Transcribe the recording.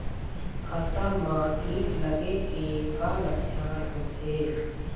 फसल म कीट लगे के का लक्षण होथे?